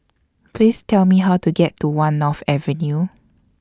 Please Tell Me How to get to one North Avenue